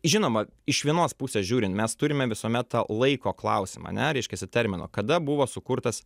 žinoma iš vienos pusės žiūrin mes turime visuomet tą laiko klausimą ane reiškiasi termino kada buvo sukurtas